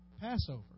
Passover